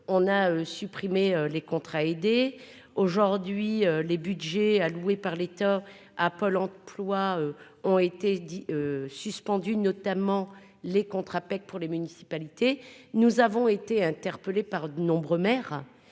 on a supprimé les contrats aidés aujourd'hui les Budgets alloués par l'État à Pôle emploi ont été dit suspendu, notamment les contrats APEC pour les municipalités, nous avons été interpellés par de nombreux maires